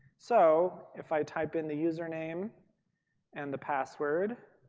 so if i type in the username and the password.